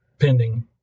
pending